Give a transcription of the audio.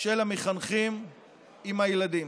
של המחנכים עם הילדים.